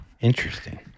Interesting